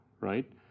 right